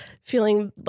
feeling